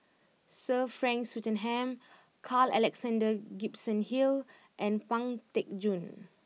Sir Frank Swettenham Carl Alexander Gibson Hill and Pang Teck Joon